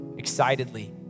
excitedly